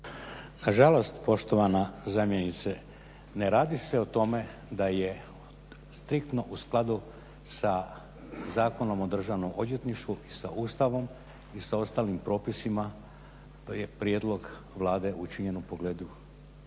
Nažalost, poštovana zamjenice, ne radi se o tome da je striktno u skladu sa Zakonom o Državnom odvjetništvu i sa Ustavom i sa ostalim propisima prijedlog Vlade učinjen u pogledu